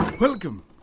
Welcome